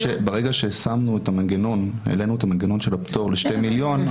שהעלינו את המנגנון של הפטור לשני מיליון,